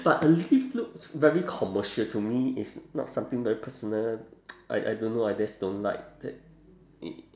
but a lift looks very commercial to me it's not something very personal I I don't know I just don't like that